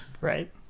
Right